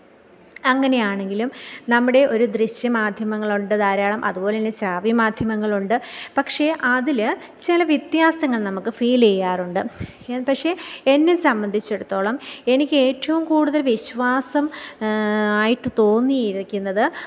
അങ്ങനെയാണെങ്കിലും നമ്മുടെ ഒരു ദൃശ്യമാധ്യമങ്ങൾ ഉണ്ട് ധാരാളം അതുപോലെതന്നെ സ്രാവ്യ മാധ്യമങ്ങളുണ്ട് പക്ഷേ അതിൽ ചില വ്യത്യാസങ്ങൾ നമുക്ക് ഫീൽ ചെയ്യാറുണ്ട് പക്ഷേ എന്നെ സംബന്ധിച്ചിടത്തോളം എനിക്ക് ഏറ്റവും കൂടുതൽ വിശ്വാസം ആയിട്ട് തോന്നിയിരിക്കുന്നത്